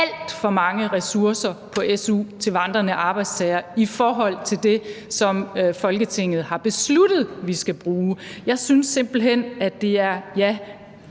alt for mange ressourcer på su til vandrende arbejdstagere i forhold til det, som Folketinget har besluttet vi skal bruge. Jeg synes simpelt hen, at det er en,